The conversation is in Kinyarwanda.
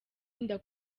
inda